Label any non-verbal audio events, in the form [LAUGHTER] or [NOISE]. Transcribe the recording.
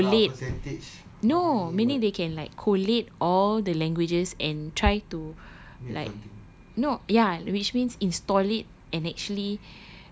[NOISE] like collate no meaning they can like collate all the languages and try to like no ya which means install it and actually